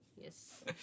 Yes